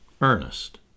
Ernest